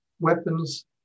weapons